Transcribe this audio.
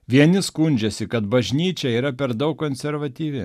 vieni skundžiasi kad bažnyčia yra per daug konservatyvi